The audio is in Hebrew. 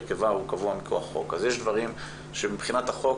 יש דברים שמבחינת החוק